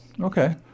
Okay